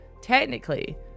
technically